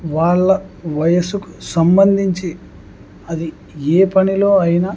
వాళ్ళ వయసుకు సంబంధించి అది ఏ పనిలో అయినా